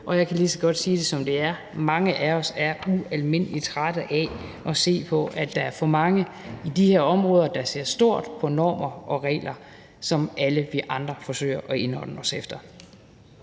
Og jeg kan lige så godt sige det, som det er: Mange af os er ualmindelig trætte af at se på, at der er for mange i de her områder, der ser stort på normer og regler, som alle vi andre forsøger at indordne os efter.